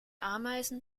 ameisen